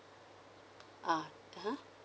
ah (uh huh)